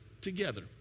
together